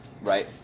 right